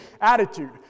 attitude